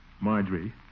Marjorie